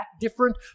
different